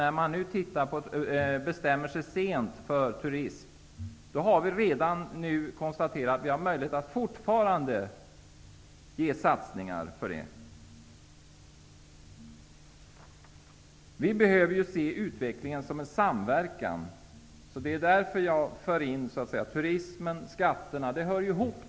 Eftersom man bestämmer sig sent, har vi fortfarande en möjlighet att satsa. Utvecklingen måste ses som en form av samverkan. Turismen och skatterna hör ihop.